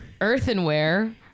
earthenware